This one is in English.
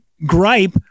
Gripe